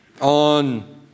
on